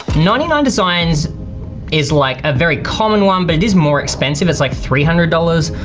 ninety nine designs is like a very common one, but it is more expensive, it's like three hundred dollars,